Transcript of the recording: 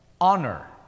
honor